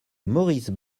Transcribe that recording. maurice